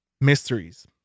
mysteries